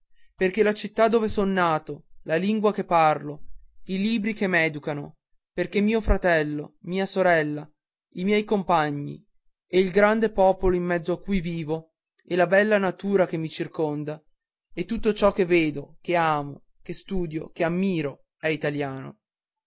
perché la città dove son nato la lingua che parlo i libri che m'educano perché mio fratello mia sorella i miei compagni e il grande popolo in mezzo a cui vivo e la bella natura che mi circonda e tutto ciò che vedo che amo che studio che ammiro è italiano